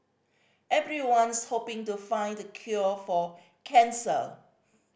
everyone's hoping to find the cure for cancer